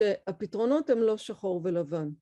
הפתרונות הם לא שחור ולבן